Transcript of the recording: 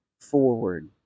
forward